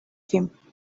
him